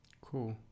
Cool